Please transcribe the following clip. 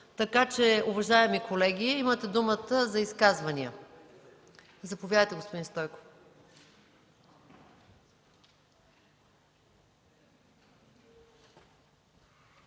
Уважаеми колеги, имате думата за изказвания. Заповядайте, господин Стойков.